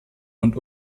und